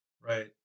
Right